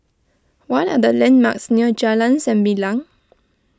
what are the landmarks near Jalan Sembilang